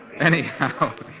Anyhow